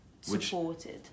Supported